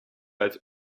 als